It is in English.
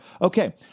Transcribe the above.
Okay